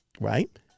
right